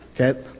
Okay